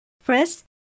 First